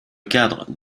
cadre